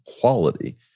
quality